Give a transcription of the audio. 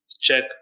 check